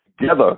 together